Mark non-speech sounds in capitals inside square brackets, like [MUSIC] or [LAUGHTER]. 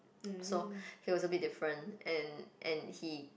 [NOISE] so he was a bit different and and he